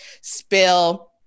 spill